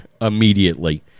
immediately